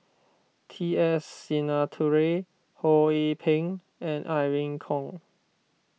T S Sinnathuray Ho Yee Ping and Irene Khong